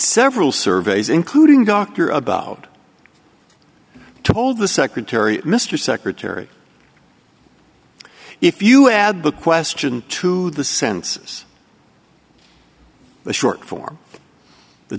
several surveys including doctor about told the secretary mr secretary if you add the question to the census the short form the